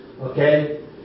Okay